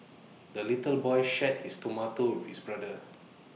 the little boy shared his tomato with his brother